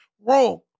Wrong